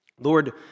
Lord